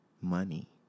money